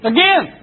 Again